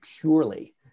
purely